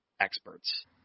experts